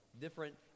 Different